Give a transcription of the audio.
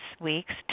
week's